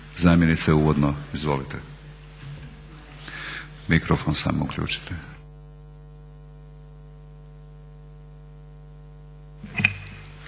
Zamjenice uvodno, izvolite. Mikrofon samo uključite.